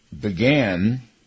began